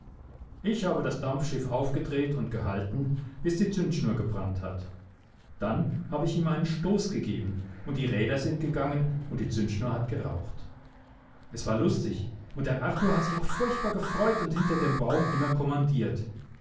ich habe das dampfschiff aufgedreht und gehalten bis die zündschnur gebrannt hat dann habe ich ihm einen stoß gegeben und die räder sind gegangen und die zündschnur hat geraucht es war lustig und der arthur hat sich auch furchtbar gefreut und hinter dem baum immer kommandiert